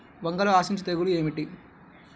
వంగలో ఆశించు తెగులు ఏమిటి?